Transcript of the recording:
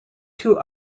two